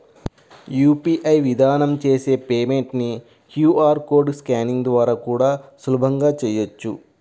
UPI విధానం చేసే payment ని క్యూ.ఆర్ కోడ్ స్కానింగ్ ద్వారా కూడా సులభంగా చెయ్యొచ్చు